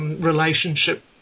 Relationship